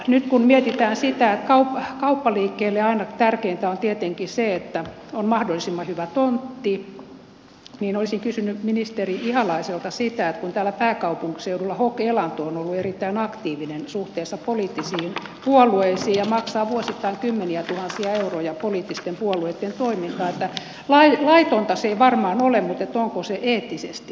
nyt kun mietitään sitä että kauppaliikkeille aina tärkeintä on tietenkin se että on mahdollisimman hyvä tontti niin olisin kysynyt ministeri ihalaiselta sitä että kun täällä pääkaupunkiseudulla hok elanto on ollut erittäin aktiivinen suhteessa poliittisiin puolueisiin ja maksaa vuosittain kymmeniätuhansia euroja poliittisten puolueitten toimintaa niin laitonta se ei varmaan ole mutta onko se eettisesti sopivaa